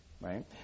Right